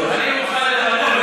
אני מוכן לוותר,